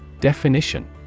Definition